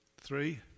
three